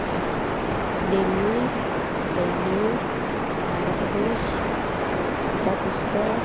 Delhi Bangalore Andhra Pradesh Chhattisgarh